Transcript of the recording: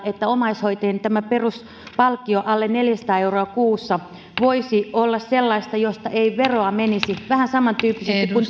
että omaishoitajien peruspalkkio alle neljäsataa euroa kuussa voisi olla sellaista josta ei veroa menisi vähän samantyyppisesti kuin